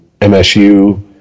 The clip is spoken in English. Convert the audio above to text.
MSU